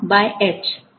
बरोबर